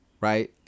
right